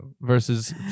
Versus